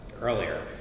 earlier